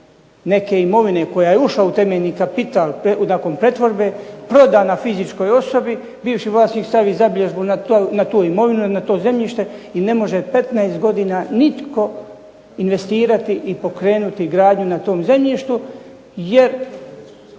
neke imovine koja je ušla u temeljni kapital nakon pretvorbe, prodana fizičkoj osobi, bivši vlasnik stavi zabilježbu na tu imovinu ili na to zemljište i ne može 15 godina nitko investirati i pokrenuti gradnju na tom zemljištu, jer